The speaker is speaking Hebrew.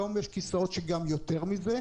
והיום יש כיסאות שגם יותר מזה,